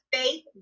faith